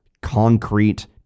concrete